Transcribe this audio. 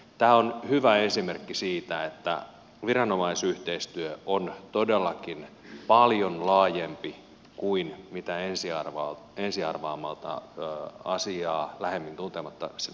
tämä on hyvä esimerkki siitä että viranomaisyhteistyö on todellakin paljon laajempi asia kuin mitä ensiarvaamalta asiaa lähemmin tuntematta tajuaa